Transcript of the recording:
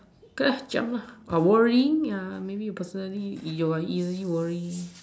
jump lah worry yeah worry maybe personally you are easily worry